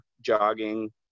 jogging